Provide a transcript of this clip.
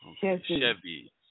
Chevy